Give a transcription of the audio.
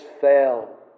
fell